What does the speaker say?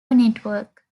network